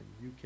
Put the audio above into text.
UK